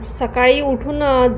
सकाळी उठून